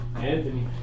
Anthony